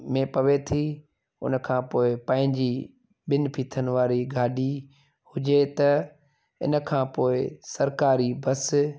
में पवे थी हुनखां पोइ पंहिंजी ॿिनि फीथनि वारी गाॾी हुजे त इनखां पोइ सरकारी बस